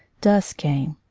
dusk came,